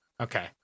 Okay